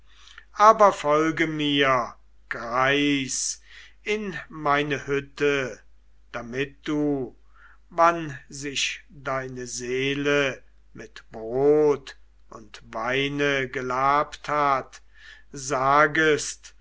aber folge mir greis in meine hütte damit du wann sich deine seele mit brot und weine gelabt hat sagest